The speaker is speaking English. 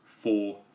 four